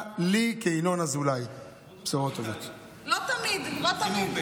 לא, בסדר, לא אפריע.